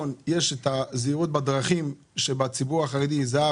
את זה"ב בציבור החרדי.